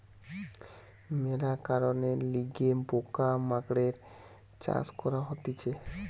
মেলা কারণের লিগে পোকা মাকড়ের চাষ করা হতিছে